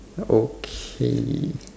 okay